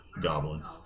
goblins